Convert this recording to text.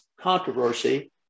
controversy